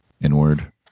inward